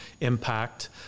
impact